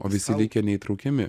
o visi likę neįtraukiami